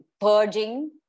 purging